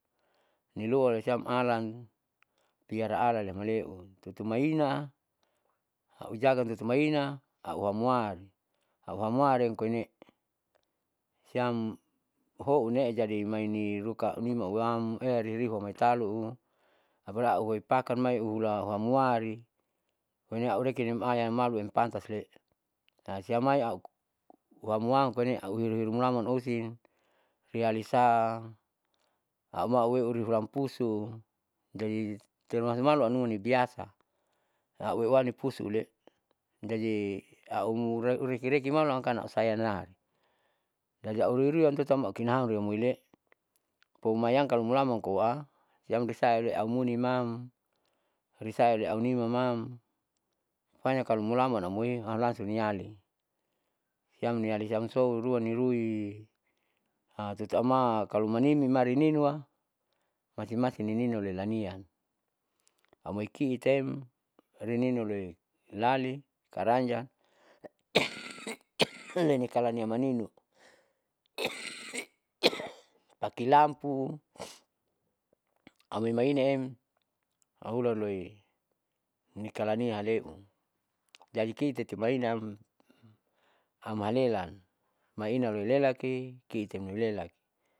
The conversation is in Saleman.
Nilouwa siam alan piara alemale'u tutumaina aujagam tutumaina auhamuan auhamwari koine siam hounne jadi mainiruka auniauwam eariuriu moitalu apalai auhoi pakan uhula auhamwari koinee aurekenem ayam maluem pantasle. siam mai au huamuan koine auruirui mulaman osin rialisa aumaheuriulam pusu. Jado termasuk maluam numa ibiasa aueuwane pusuale jadi au murekereke maluam kalo ausayangnam jadi auruirui amtati amkinaha amoilee komayam kalo mulaman koa siam risaaumunimam risaiauninuamam ponya kalo mulaman amoi langsung niali siam niali siam sou ruanirui tutuauma kalo manimi maleininua masing masing lininualeanian aumoikiitem rininuloi lali karanjang loini kalania maninu pakai lampu amoimainaem ahulaloi nikalania haleu jadi kiiti mainaam amhalelan maina aloilelaki kiitimulela.